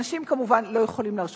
אנשים כמובן לא יכולים להרשות